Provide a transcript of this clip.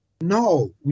No